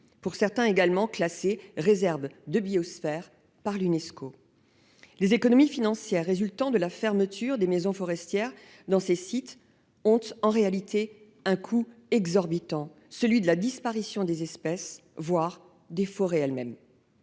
Natura 2000 ou classés « réserves de biosphère » par l'Unesco. Les économies financières résultant de la fermeture des maisons forestières dans ces sites ont en réalité un coût exorbitant : la disparition des espèces, voire des forêts elles-mêmes